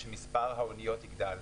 שמספר האוניות יגדל.